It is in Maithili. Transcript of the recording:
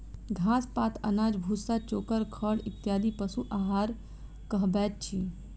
घास, पात, अनाज, भुस्सा, चोकर, खड़ इत्यादि पशु आहार कहबैत अछि